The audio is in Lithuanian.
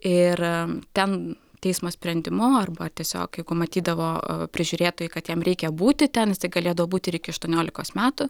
ir ten teismo sprendimu arba tiesiog jeigu matydavo prižiūrėtojai kad jam reikia būti ten jisai galėdavo būti ir iki aštuoniolikos metų